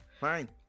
Fine